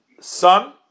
son